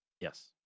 Yes